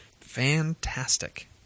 fantastic